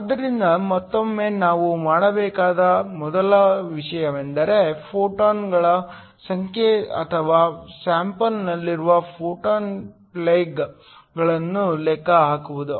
ಆದ್ದರಿಂದ ಮತ್ತೊಮ್ಮೆ ನಾವು ಮಾಡಬೇಕಾದ ಮೊದಲ ವಿಷಯವೆಂದರೆ ಫೋಟಾನ್ಗಳ ಸಂಖ್ಯೆ ಅಥವಾ ಸ್ಯಾಂಪಲ್ನಲ್ಲಿರುವ ಫೋಟಾನ್ ಪ್ಲಗ್ಗಳನ್ನು ಲೆಕ್ಕ ಹಾಕುವುದು